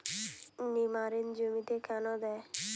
নিমারিন জমিতে কেন দেয়?